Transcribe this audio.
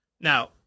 Now